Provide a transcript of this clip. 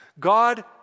God